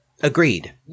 Agreed